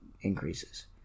increases